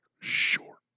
Sure